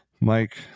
Mike